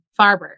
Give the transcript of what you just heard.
Farber